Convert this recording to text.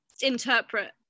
interpret